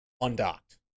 undocked